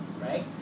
right